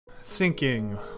Sinking